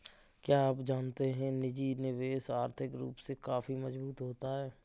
क्या आप जानते है निजी निवेशक आर्थिक रूप से काफी मजबूत होते है?